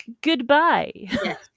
Goodbye